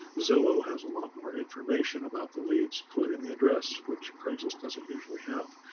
zillow has a lot more information about the leads, including the address, which craigslist doesn't usually have.